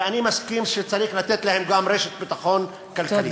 ואני מסכים שצריך לתת להם גם רשת ביטחון כלכלית.